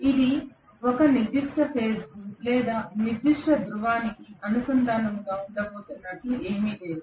ఇది ఒక నిర్దిష్ట ఫేజ్కు లేదా నిర్దిష్ట ధ్రువానికి అనుబంధంగా ఉండబోతున్నట్లు ఏమీ లేదు